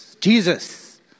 Jesus